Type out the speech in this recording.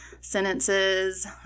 sentences